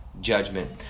judgment